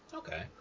Okay